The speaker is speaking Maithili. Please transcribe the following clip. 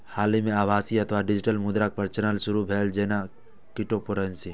हाल मे आभासी अथवा डिजिटल मुद्राक प्रचलन शुरू भेलै, जेना क्रिप्टोकरेंसी